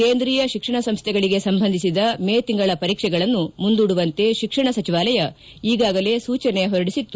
ಕೇಂದ್ರೀಯ ಶಿಕ್ಷಣ ಸಂಸ್ಥೆಗಳಿಗೆ ಸಂಬಂಧಿಸಿದ ಮೇ ತಿಂಗಳ ಪರೀಕ್ಷೆಗಳನ್ನು ಮುಂದೂಡುವಂತೆ ಶಿಕ್ಷಣ ಸಚಿವಾಲಯ ಈಗಾಗಲೇ ಸೂಚನೆ ಹೊರಡಿಸಿತ್ತು